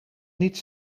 niet